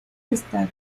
destacan